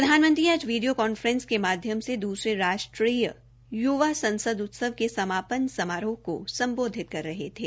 प्रधानमंत्री आज video conference के माध्यम से दूसरे राष्ट्रीय य्वा संसद उत्सव के समापन समारोह को सम्बोधित कर रहे थे